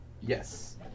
Yes